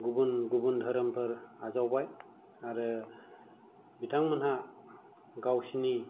गुबुन गुबुन धोरोमफोर आजावबाय आरो बिथांमोनहा गावसोरनि